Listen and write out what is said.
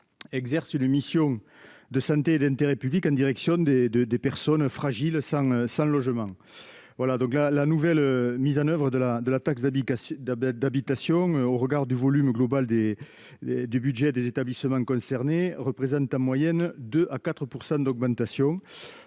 exercent une mission de santé et d'intérêt public auprès des personnes fragiles sans logement. La nouvelle mise en oeuvre de la taxe d'habitation, au regard du volume global du budget des établissements concernés, représente en moyenne 2 % à 4 % d'augmentation,